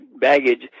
baggage